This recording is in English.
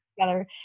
together